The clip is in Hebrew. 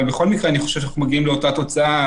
אבל בכל מקרה אני חושב שאנחנו מגיעים לאותה תוצאה,